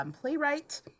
playwright